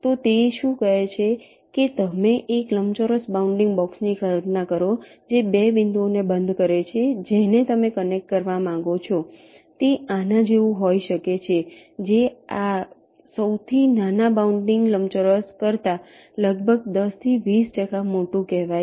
તો તે શું કહે છે કે તમે એક લંબચોરસ બાઉન્ડિંગ બૉક્સની કલ્પના કરો જે 2 બિંદુઓને બંધ કરે છે જેને તમે કનેક્ટ કરવા માંગો છો તે આના જેવું હોઈ શકે છે જે આ સૌથી નાના બાઉન્ડિંગ લંબચોરસ કરતાં લગભગ 10 થી 20 ટકા મોટું કહેવાય છે